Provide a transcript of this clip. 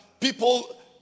people